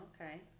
okay